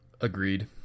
Agreed